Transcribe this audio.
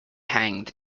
hanged